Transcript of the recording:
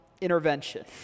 intervention